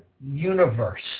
universe